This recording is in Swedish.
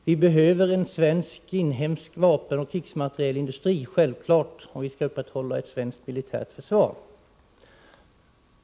Vi behöver självfallet en inhemsk vapenoch krigsmaterielindustri, om vi skall upprätthålla ett svenskt militärt försvar.